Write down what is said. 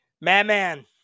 Madman